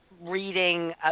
reading